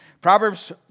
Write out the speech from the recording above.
Proverbs